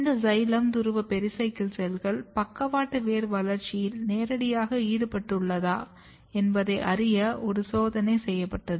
இந்த சைலம் துருவ பெரிசைக்கிள் செல்கள் பக்கவாட்டு வேர் வளர்ச்சியில் நேரடியாக ஈடுபட்டுள்ளதா என்பதை அறிய ஒரு சோதனை செய்யப்பட்டது